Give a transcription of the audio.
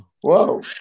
whoa